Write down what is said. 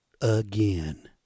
again